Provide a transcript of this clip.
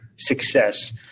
success